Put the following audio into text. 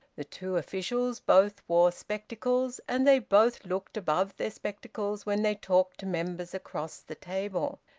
the two officials both wore spectacles, and they both looked above their spectacles when they talked to members across the table.